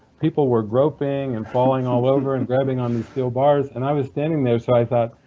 people were groping and falling all over and grabbing on the steel bars, and i was standing there. so i thought,